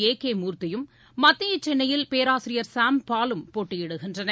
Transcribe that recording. ஏ K மூர்த்தியும் மத்திய சென்னையில் பேராசிரியர் சாம் பாலும் போட்டியிடுகின்றனர்